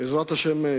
בעזרת השם,